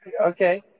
Okay